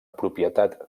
propietat